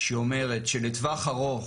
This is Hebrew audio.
שאומרת שלטווח ארוך